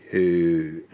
who